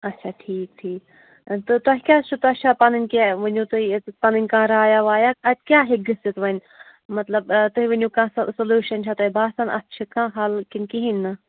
اچھا ٹھیٖک ٹھیٖک تہٕ تۄہہِ کیٛازِ چھُو تۄہہِ چھا پَنٕنۍ کیٚنٛہہ ؤنِو تُہۍ پَنٕنۍ کانٛہہ رایا وایا اَتہِ کیٛاہ ہیٚکہِ گٔژھِتھ وَنۍ مطلب تُہۍ ؤنِو کانٛہہ سُہ سوٚلوٗشَن چھا تۄہہِ باسان اَتھ چھِ کانٛہہ حل کِنہٕ کِہیٖنۍ نہٕ